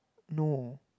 no